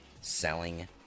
selling